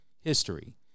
history